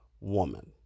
woman